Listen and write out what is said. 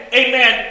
amen